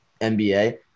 NBA